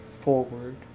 forward